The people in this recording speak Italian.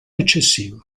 eccessivo